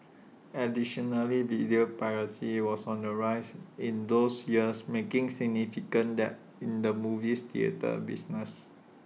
additionally video piracy was on the rise in those years making significant dent in the movies theatre business